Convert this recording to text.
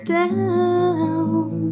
down